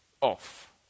off